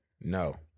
No